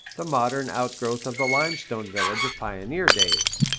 the modern outgrowth of the limestone village of pioneer days.